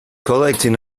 collecting